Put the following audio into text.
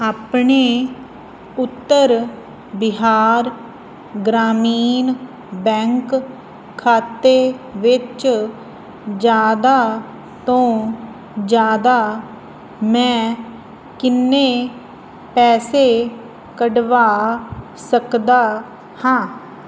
ਆਪਣੇ ਉੱਤਰ ਬਿਹਾਰ ਗ੍ਰਾਮੀਣ ਬੈਂਕ ਖਾਤੇ ਵਿੱਚ ਜ਼ਿਆਦਾ ਤੋਂ ਜ਼ਿਆਦਾ ਮੈਂ ਕਿੰਨੇ ਪੈਸੇ ਕੱਢਵਾ ਸਕਦਾ ਹਾਂ